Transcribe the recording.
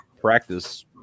practice